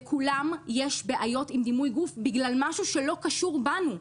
לכולם יש בעיות עם דימוי גוף בגלל משהו שלא קשור בנו.